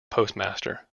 postmaster